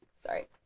sorry